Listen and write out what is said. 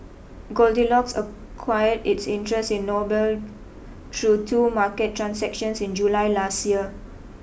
goldilocks acquired its interest in Noble through two market transactions in July last year